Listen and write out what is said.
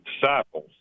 disciples